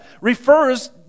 refers